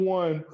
one